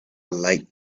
light